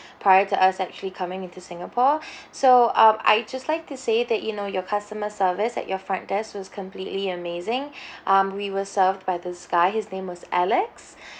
prior to us actually coming in to singapore so um I'd just like to say that you know your customer service at your front desk was completely amazing um we were served by this guy his name was alex